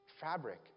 fabric